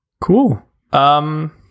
Cool